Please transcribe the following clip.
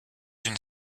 une